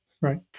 right